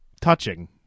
touching